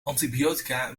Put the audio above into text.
antibiotica